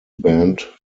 band